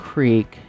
Creek